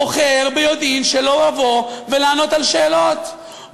בוחר ביודעין שלא לבוא ולענות על שאלות,